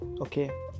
Okay